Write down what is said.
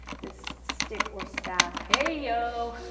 this stick or staff, hey, yo!